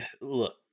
Look